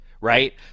right